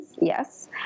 yes